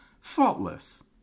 faultless